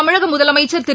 தமிழக முதலமைச்சா் திரு